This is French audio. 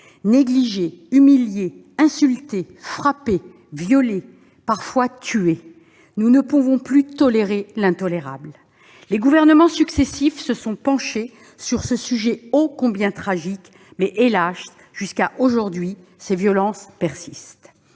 négligées, humiliées, insultées, frappées, violées, parfois tuées. Nous ne pouvons plus tolérer l'intolérable. Les gouvernements successifs se sont penchés sur ce sujet ô combien tragique, mais hélas, jusqu'à aujourd'hui, ces violences persistent.